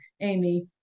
Amy